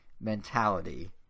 mentality